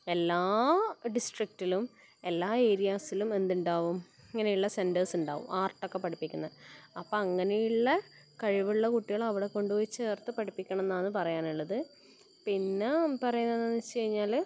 എല്ലാ ഡിസ്ട്രിക്ടിലും എല്ലാ ഏരിയാസിലും എന്ത് ഉണ്ടാവും ഇങ്ങനെയുള്ള സെൻറ്റേഴ്സ് ഉണ്ടാവും ആർട്ട് ഒക്കെ പഠിപ്പിക്കുന്നത് അപ്പം അങ്ങനെ ഉള്ള കഴിവുള്ള കുട്ടികൾ അവിടെ കൊണ്ട് പോയി ചേർത്ത് പഠിപ്പിക്കണം എന്നാണ് പറയാനുള്ളത് പിന്നെ പറയുന്നത് എന്ന് വെച്ച് കഴിഞ്ഞാൽ